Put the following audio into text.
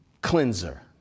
cleanser